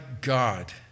God